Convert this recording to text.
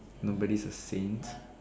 nobody's a saint